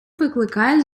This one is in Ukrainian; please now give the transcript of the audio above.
викликає